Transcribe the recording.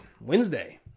Wednesday